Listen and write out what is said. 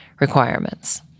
requirements